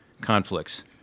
conflicts